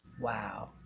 Wow